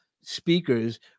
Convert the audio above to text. speakers